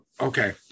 Okay